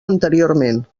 anteriorment